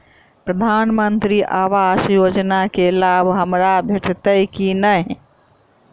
प्रधानमंत्री आवास योजना केँ लाभ हमरा भेटतय की नहि?